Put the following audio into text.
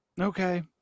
Okay